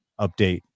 update